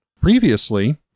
Previously